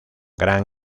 gran